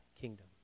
kingdom